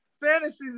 fantasies